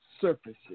surfaces